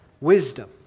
wisdom